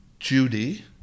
Judy